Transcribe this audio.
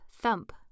thump